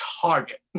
target